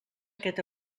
aquest